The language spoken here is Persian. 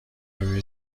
روی